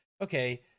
okay